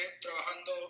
trabajando